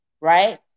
right